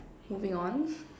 moving on